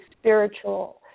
spiritual